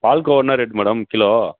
பால்கோவா என்ன rate madam kilo